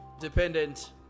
dependent